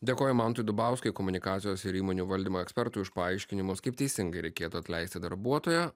dėkoju mantui dubauskui komunikacijos ir įmonių valdymo ekspertui už paaiškinimus kaip teisingai reikėtų atleisti darbuotoją